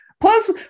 Plus